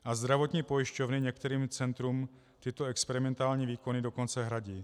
A zdravotní pojišťovny některým centrům tyto experimentální výkony dokonce hradí.